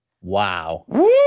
Wow